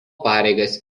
pareigas